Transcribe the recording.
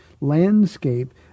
landscape